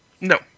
No